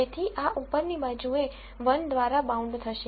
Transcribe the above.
તેથી આ ઉપરની બાજુએ 1 દ્વારા બાઉન્ડ થશે